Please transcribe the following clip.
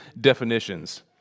definitions